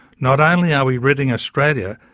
not only are we ridding australia,